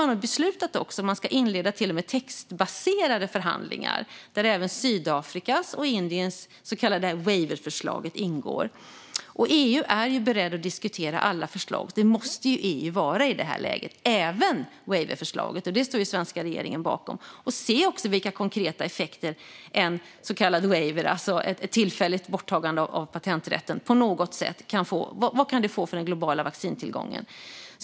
Man har till och med beslutat att man ska inleda textbaserade förhandlingar där Sydafrikas och Indiens så kallade waiverförslag ingår. EU är beredd att diskutera alla förslag. Det måste EU vara i det här läget, och det gäller även waiverförslaget. Det står den svenska regeringen bakom. Det handlar om att se vilka konkreta effekter en så kallad waiver, ett tillfälligt borttagande av patenträtten, kan få på den globala vaccintillgången.